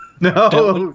No